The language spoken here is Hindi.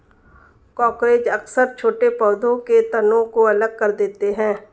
कॉकरोच अक्सर छोटे पौधों के तनों को अलग कर देते हैं